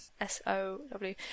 S-O-W